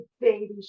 baby